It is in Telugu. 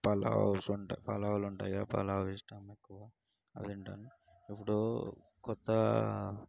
పలావ్ వంటకాలు పలావ్లు ఉంటాయి కదా పలావ్ ఇష్టం ఎక్కువ బాగా తింటాను ఇప్పుడు కొత్త